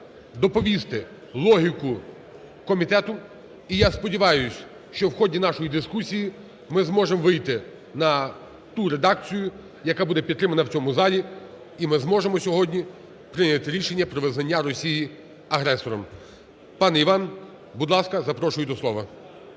доповісти логіку комітету. І я сподіваюсь, що у ході нашої дискусії ми зможемо вийти на ту редакцію, яка буде підтримана у цьому залі. і ми зможемо сьогодні прийняти рішення про визнання Росії агресором. Пане Іване, будь ласка, запрошую до слова.